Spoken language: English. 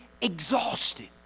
exhausted